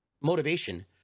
motivation